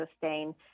sustain